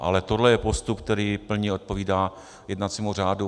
Ale toto je postup, který plně odpovídá jednacímu řádu.